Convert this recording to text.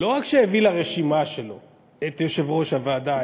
לא רק שהביא לרשימה שלו את יושב-ראש הוועדה,